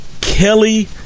Kelly